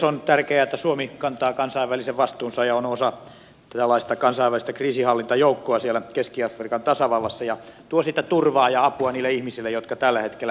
on tärkeää että suomi kantaa kansainvälisen vastuunsa ja on osa tällaista kansainvälistä kriisinhallintajoukkoa siellä keski afrikan tasavallassa ja tuo sitä turvaa ja apua niille ihmisille jotka tällä hetkellä siellä kärsivät